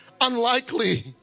unlikely